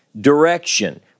direction